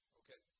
okay